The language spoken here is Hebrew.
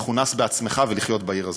מכונס בעצמך ולחיות בעיר הזאת.